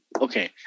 Okay